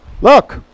Look